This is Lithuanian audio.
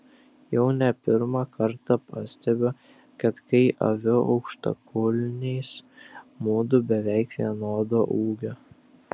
jau ne pirmą kartą pastebiu kad kai aviu aukštakulniais mudu beveik vienodo ūgio